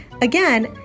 Again